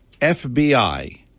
FBI